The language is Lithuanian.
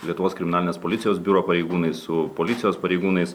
lietuvos kriminalinės policijos biuro pareigūnais su policijos pareigūnais